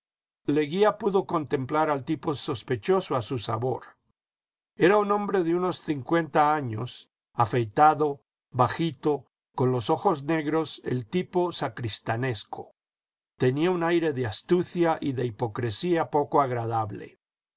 leguía pudo contemplar al tipo sospechoso a su sabor era un hombre de unos cmcuenta años afeitado bajito con los ojos negros el tipo sacristanesco tenía un aire de astucia y de hipocresía poco agradable